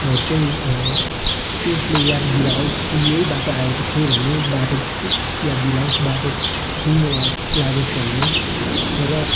हरू चाहिँ त्यसले याद दिलाओस् कि यही बाटो आएको थिएँ भन्ने बाटो के याद दिलाओस् बाटो टुङ्गोमा लागोस् भन्ने र